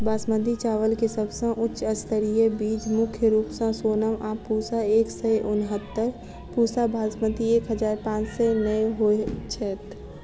बासमती चावल केँ सबसँ उच्च स्तरीय बीज मुख्य रूप सँ सोनम आ पूसा एक सै उनहत्तर, पूसा बासमती एक हजार पांच सै नो होए छैथ?